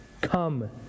Come